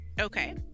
Okay